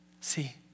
See